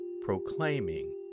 proclaiming